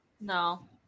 No